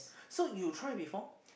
so you try before